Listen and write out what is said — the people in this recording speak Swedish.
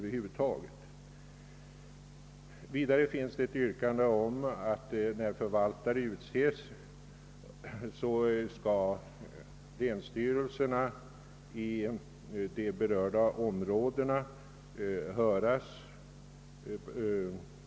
Vidare har framställts ett yrkande om att länsstyrelserna i berörda områden skall höras, när förvaltare utses.